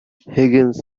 higgins